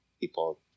People